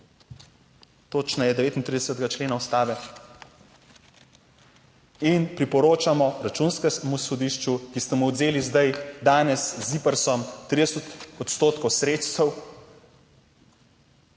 točneje 39. člena Ustave, in priporočamo Računskemu sodišču, ki ste mu odvzeli zdaj danes z ZIPRS 30 odstotkov sredstev,